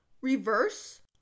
reverse